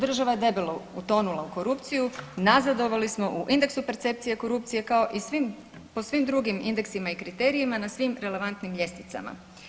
Da je država debelo utonula u korupciju, nazadovali smo u indeksu percepcije korupcije kao i svim, po svim drugim indeksima i kriterijima na svim relevantnim ljestvicama.